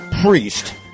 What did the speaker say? priest